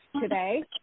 today